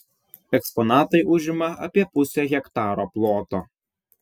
eksponatai užima apie pusę hektaro ploto